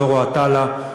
זורו עטאללה,